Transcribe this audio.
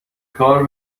کار